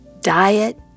diet